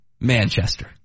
Manchester